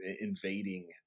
invading